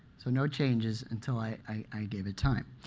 so no changes until i i gave it time.